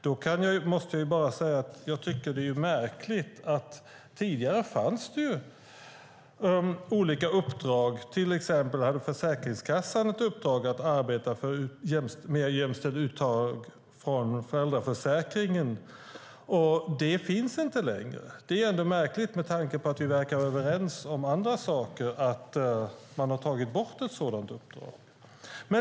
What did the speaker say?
Då måste jag bara säga att det tidigare fanns olika uppdrag. Till exempel hade Försäkringskassan ett uppdrag att arbeta för ett mer jämställt uttag från föräldraförsäkringen, och det finns inte längre. Det är märkligt, med tanke på att vi verkar vara överens om andra saker, att man har tagit bort ett sådant uppdrag.